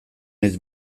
naiz